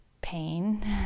pain